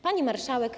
Pani Marszałek!